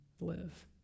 live